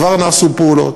כבר נעשו פעולות: